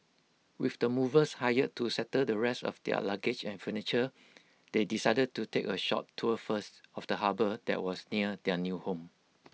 with the movers hired to settle the rest of their luggage and furniture they decided to take A short tour first of the harbour that was near their new home